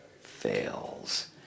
fails